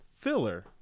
filler